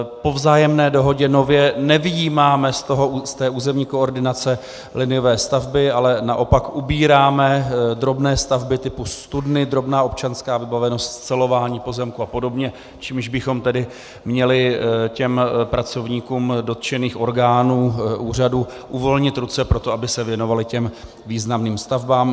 Po vzájemné dohodě nově nevyjímáme z té územní koordinace liniové stavby, ale naopak ubíráme drobné stavby typu studny, drobná občanská vybavenost, scelování pozemků apod., čímž bychom tedy měli těm pracovníkům dotčených orgánů úřadu uvolnit ruce pro to, aby se věnovali těm významným stavbám.